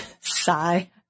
Sigh